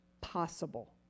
possible